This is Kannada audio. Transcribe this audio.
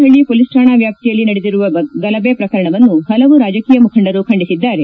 ಹಳ್ಳಿ ಮೊಲೀಸ್ ಕಾಣಾ ವ್ಯಾಪ್ತಿಯಲ್ಲಿ ನಡೆದಿರುವ ಗಲಭೆ ಪ್ರಕರಣವನ್ನು ಹಲವು ರಾಜಕೀಯ ಮುಖಂಡರು ಖಂಡಿಸಿದ್ದಾರೆ